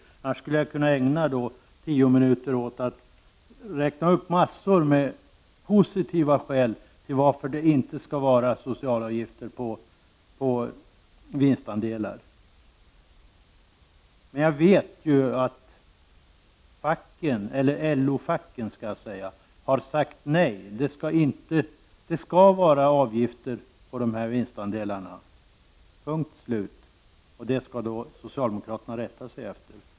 Annars skulle jag kunna ägna tio minuter åt att räkna upp en hel del positiva skäl för att inte ha sociala avgifter på vinstandelar. Men jag vet att LO-facken har sagt nej. Det skall vara avgifter på vinstandelarna — punkt och slut. Det skall då socialdemokraterna rätta sig efter.